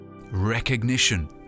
Recognition